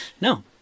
no